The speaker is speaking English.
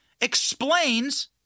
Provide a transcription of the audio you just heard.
explains